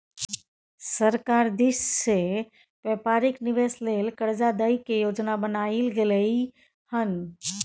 सरकार दिश से व्यापारिक निवेश लेल कर्जा दइ के योजना बनाएल गेलइ हन